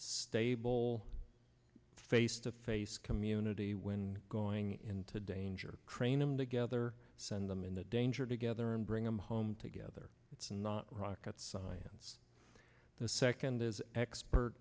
stable face to face community when going into danger train them together send them into danger together and bring them home together it's not rocket science the second is expert